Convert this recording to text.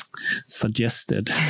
suggested